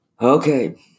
Okay